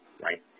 right